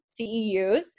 CEUs